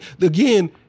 again